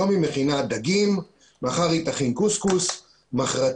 היום היא מכינה דגים ומחר היא תכין קוסקוס ומחרתיים